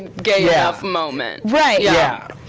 gay yeah enough moment. right. yeah.